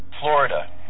Florida